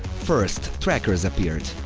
first, trackers appeared,